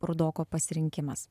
rudoko pasirinkimas